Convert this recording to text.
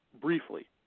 briefly